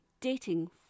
dating